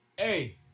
Hey